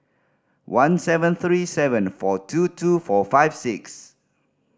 one seven three seven four two two four five six